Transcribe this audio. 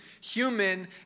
human